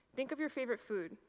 think of your favorite food.